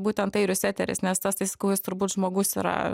būtent airių seteris nes tas tai sakau jis turbūt žmogus yra